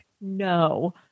No